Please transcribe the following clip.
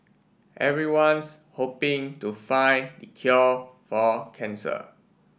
everyone's hoping to find the cure for cancer